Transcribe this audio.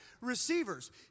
receivers